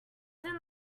did